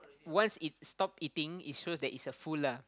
once it stop eating it shows that it's a full lah